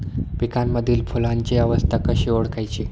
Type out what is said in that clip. पिकांमधील फुलांची अवस्था कशी ओळखायची?